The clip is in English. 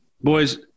Boys